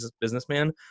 businessman